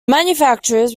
manufacturers